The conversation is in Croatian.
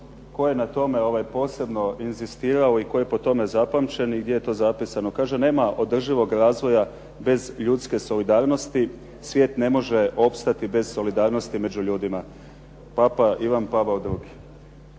tko je na tome posebno inzistirao i tko je po tome zapamćen i gdje je to zapisano. Kaže: "Nema održivog razvoja bez ljudske solidarnosti. Svijet ne može opstati bez solidarnosti među ljudima, papa Ivan Pavao II."